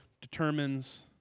determines